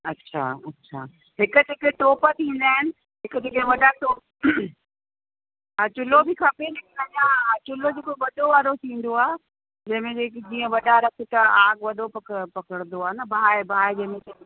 अच्छा अच्छा हिक जेके टोप थींदा आहिनि हिकु जेके वॾा टो हा चुल्लो बि खपे चुल्लो जेको वॾो वारो थींदो आहे जंहिं में जेकी जीअं वॾा रख त आग वॾो पकड़ पकड़ंदो आहे न बाहि बाहि जंहिं में